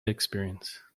experience